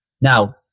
Now